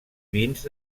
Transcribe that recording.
vins